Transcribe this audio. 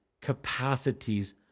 capacities